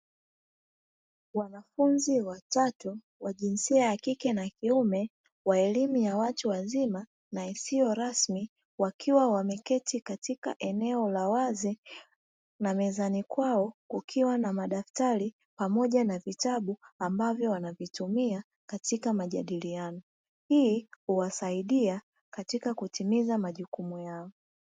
Wanafunzi watatu wa jinsia ya kike na kuime wa elimu ya watu wazima na isiyo rasmi, wakiwa wameketi katika eneo la wazi na mezani kwao kukiwa na madaftari pamoja na vitabu ambavyo wanavitumia katika majadiliano. Hii huwasaidia katika kutimiza majukumu yao.